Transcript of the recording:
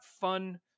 fun